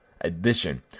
Edition